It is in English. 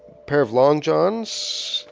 pair of long johns.